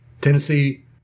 Tennessee